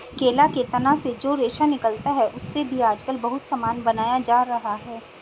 केला के तना से जो रेशा निकलता है, उससे भी आजकल बहुत सामान बनाया जा रहा है